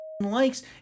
likes